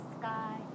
sky